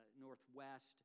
northwest